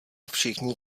všichni